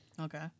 Okay